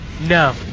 No